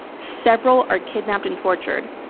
several are kidnapped and tortured.